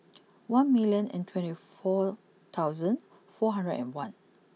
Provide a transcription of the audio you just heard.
one million and twenty four thousand four hundred and one